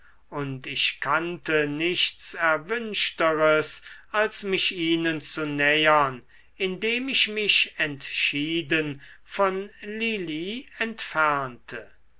und ich kannte nichts erwünschteres als mich ihnen zu nähern indem ich mich entschieden von lili entfernte